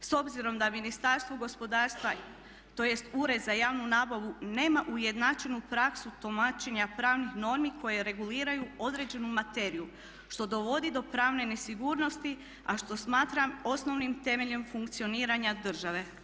S obzirom da Ministarstvo gospodarstva, tj. ured za javnu nabavu nema ujednačenu praksu tumačenja pravnih normi koje reguliraju određenu materiju što dovodi do pravne nesigurnosti a što smatram osnovnim temeljem funkcioniranja države.